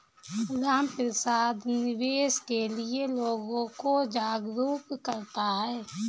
रामप्रसाद निवेश के लिए लोगों को जागरूक करता है